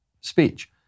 speech